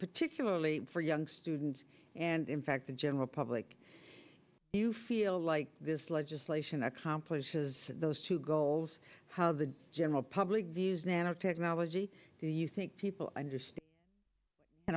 particularly for young students and in fact the general public you feel like this legislation next complex has those two goals how the general public views nanotechnology you think people just